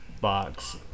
box